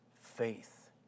faith